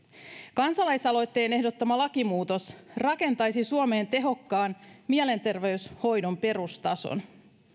kansalaisaloitteen ehdottama lakimuutos rakentaisi suomeen tehokkaan mielenterveyshoidon perustason